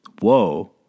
Whoa